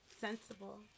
sensible